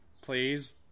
Please